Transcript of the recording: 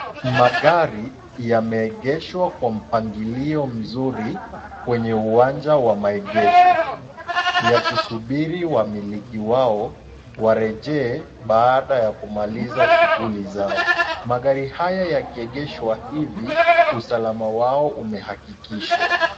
Magari yameegeshwa kwa mpangilio mzuri kwenye uwanja wa maegesho, ya kisubiri wa miliki wao wareje baada ya kumaliza shughuli zao. Magari haya yakiegeshwa hivi, usalama wao umehakikishwa.